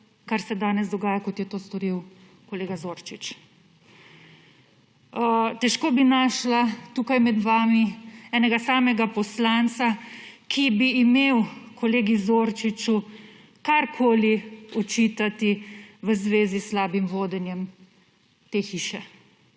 kar se danes dogaja, kot je to storil kolega Zorčič. Težko bi našla tukaj med vami enega samega poslanca, ki bi imel kolegu Zorčiču karkoli očitati v zvezi s slabim vodenjem te hiše.